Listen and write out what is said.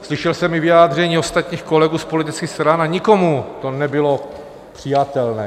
Slyšel jsem i vyjádření ostatních kolegů z politických stran a nikomu to nebylo přijatelné.